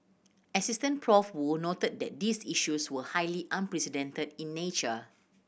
Assistant Prof Woo noted that these issues were highly unprecedented in nature